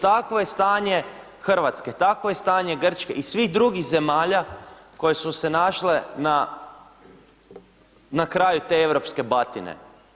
Takvo je stanje Hrvatske, takvo je stanje Grčke i svih drugih zemalja koje su se našle na kraju te europske batine.